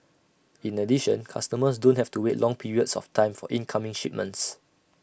in addition customers don't have to wait long periods of time for incoming shipments